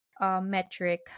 metric